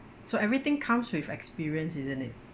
so everything comes with experience isn't it